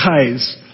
guys